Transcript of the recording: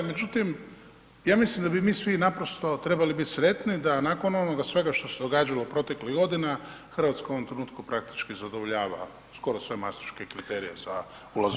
Međutim, ja mislim da bi mi svi naprosto trebali biti sretni da nakon onoga svega što se događalo proteklih godina Hrvatska u ovom trenutku praktički zadovoljava skoro sve mastriške kriterije za ulazak u eurozonu.